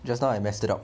just now I messed it up